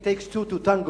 It takes two to tango.